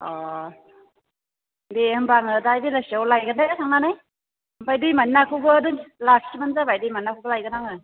अ दे होनबा आङो दा बेलासियाव लायगोन दे थांनानै ओमफ्राय दैमानि नाखौबो लाखिबानो जाबाय दैमानि नाखौबो लायगोन आङो